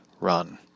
run